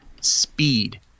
speed